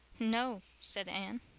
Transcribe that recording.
no, said anne.